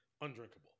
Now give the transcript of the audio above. undrinkable